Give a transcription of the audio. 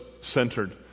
centered